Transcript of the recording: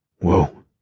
Whoa